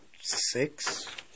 six